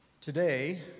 Today